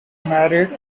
married